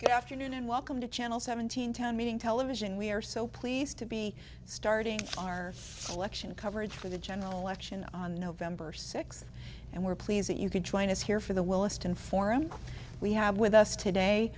good afternoon and welcome to channel seventeen town meeting television we are so pleased to be starting our election coverage for the general election on november sixth and we're pleased that you could join us here for the williston forum we have with us today